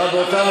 רבותיי,